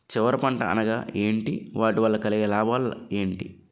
చివరి పంట అనగా ఏంటి వాటి వల్ల కలిగే లాభాలు ఏంటి